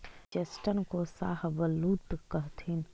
chestnut को शाहबलूत कहथीन